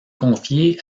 confié